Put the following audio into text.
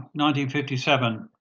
1957